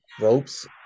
ropes